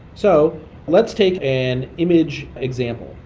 so let's take an image example.